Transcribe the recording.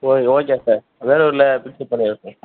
okay okay sir வேலூரில் fix பண்ணிட்டே sir